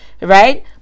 right